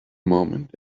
moment